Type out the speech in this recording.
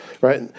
Right